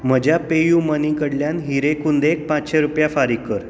म्हज्या पेयूमनी कडल्यान हिरे कुंदेक पांचशीं रुपया फारीक कर